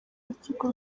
urukiko